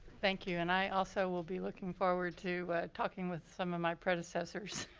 thank you and i also will be looking forward to talking with some of my predecessors